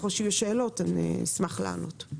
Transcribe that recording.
ככל שיהיו שאלות, אני אשמח לענות.